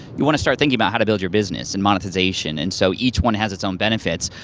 you wanna start thinking about how to build your business and monetization. and so each one has it's own benefits.